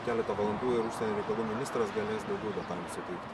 keletą valandų ir užsienio reikalų ministras galės daugiau detalių suteikti